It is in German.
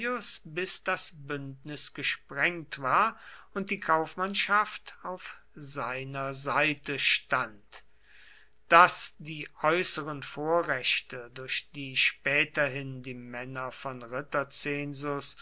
bis das bündnis gesprengt war und die kaufmannschaft auf seiner seite stand daß die äußeren vorrechte durch die späterhin die männer von ritterzensus